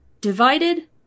divided